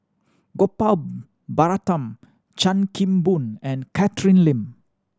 Gopal Baratham Chan Kim Boon and Catherine Lim